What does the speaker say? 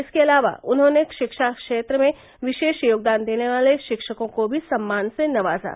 इसके अलावा उन्होंने शिक्षा क्षेत्र में विशेष योगदान देने वाले शिक्षकों को भी सम्मान से नवाज़ा